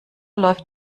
läuft